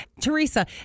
Teresa